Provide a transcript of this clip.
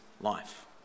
life